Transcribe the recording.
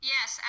Yes